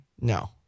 no